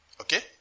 Okay